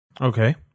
Okay